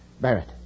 Barrett